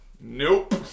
Nope